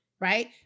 right